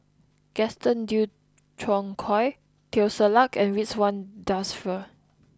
Gaston Dutronquoy Teo Ser Luck and Ridzwan Dzafir